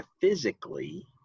physically